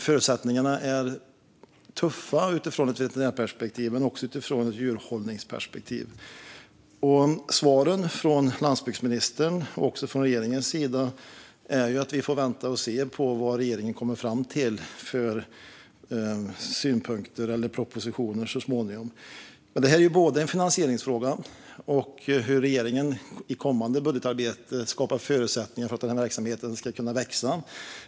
Förutsättningarna är tuffa ur ett veterinärperspektiv men också ur ett djurhållningsperspektiv. Svaren från landsbygdsministern och från regeringen är att vi får vänta och se vad regeringen kommer fram till för synpunkter och så småningom propositioner. Det här är en fråga om både finansiering och hur regeringen i kommande budgetarbete skapar förutsättningar för verksamheten att växa.